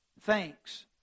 thanks